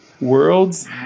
World's